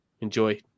enjoy